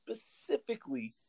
specifically